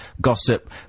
gossip